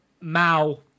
Mao